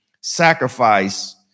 sacrifice